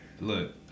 Look